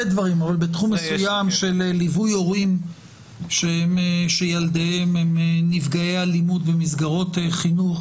דברים של לווי הורים שילדיהם הם נפגעי אלימות במסגרות חינוך.